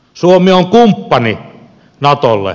suomi on kumppani natolle